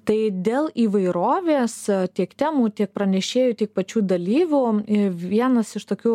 tai dėl įvairovės tiek temų tiek pranešėjų tiek pačių dalyvių vienas iš tokių